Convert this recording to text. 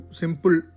simple